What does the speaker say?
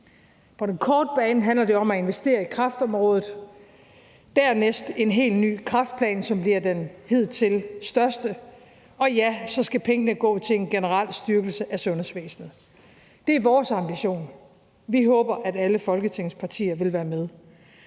På den korte bane handler det om at investere i kræftområdet. Dernæst handler det om en helt ny kræftplan, som bliver den hidtil største. Og ja, så skal pengene gå til en generel styrkelse af sundhedsvæsenet. Det er vores ambition, og vi håber, at alle Folketingets partier vil være med.